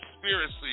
conspiracy